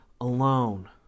alone